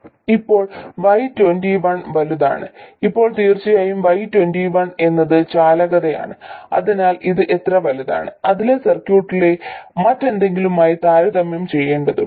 ഇപ്പോൾ y21 വലുതാണ് ഇപ്പോൾ തീർച്ചയായും y21 എന്നത് ചാലകതയാണ് അതിനാൽ ഇത് എത്ര വലുതാണ് അതിനെ സർക്യൂട്ടിലെ മറ്റെന്തെങ്കിലുമായി താരതമ്യം ചെയ്യേണ്ടതുണ്ട്